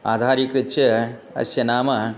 आधारिकृत्य अस्य नाम